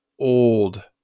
old